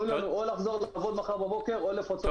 תנו לנו או לחזור לעבוד מחר בבוקר או לקבל פיצוי.